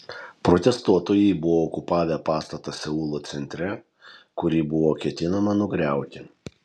protestuotojai buvo okupavę pastatą seulo centre kurį buvo ketinama nugriauti